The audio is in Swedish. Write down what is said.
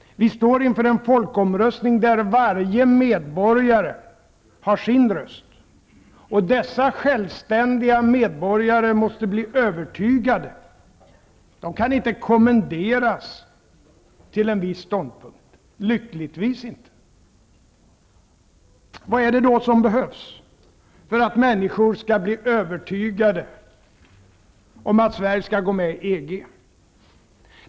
Vi står inför en folkomröstning där varje medborgare har sin röst. Dessa självständiga medborgare måste bli övertygade. De kan inte kommenderas till en viss ståndpunkt, lyckligtvis inte. Vad är det då som behövs, för att människor skall bli övertygade om att Sverige skall gå med i EG?